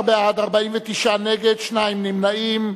13 בעד, 49 נגד, שניים נמנעים.